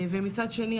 מצד שני,